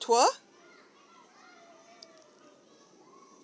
tour